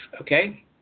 okay